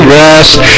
rest